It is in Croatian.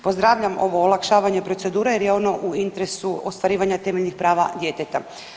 Pozdravljam ovo olakšavanje procedure jer je ono u interesu ostvarivanja temeljnih prava djeteta.